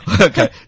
Okay